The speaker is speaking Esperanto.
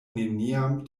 neniam